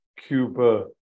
Cuba